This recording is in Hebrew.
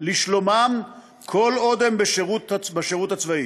לשלומם כל עוד הם בשירות הצבאי.